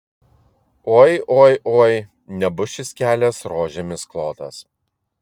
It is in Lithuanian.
oi oi oi nebus šis kelias rožėmis klotas